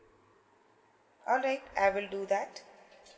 all right I will do that